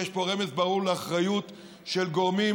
יש פה רמז ברור לאחריות של גורמים